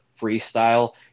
freestyle